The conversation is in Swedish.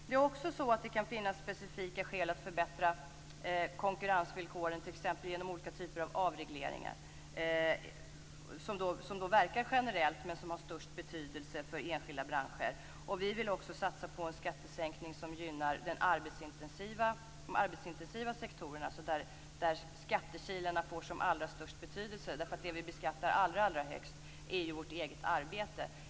Det kan också finnas specifika skäl att förbättra konkurrensvillkoren t.ex. genom olika typer av avregleringar som verkar generellt men som har störst betydelse för enskilda branscher. Och vi vill också satsa på en skattesänkning som gynnar de arbetsintensiva sektorerna, där skattekilarna får allra störst betydelse, därför att det som vi beskattar allra högst är ju vårt eget arbete.